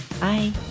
Bye